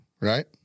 right